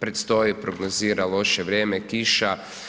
predstoji prognozira loše vrijeme, kiša.